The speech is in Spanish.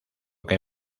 que